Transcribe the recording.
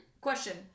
Question